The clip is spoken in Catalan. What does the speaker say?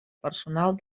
personal